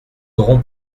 aurons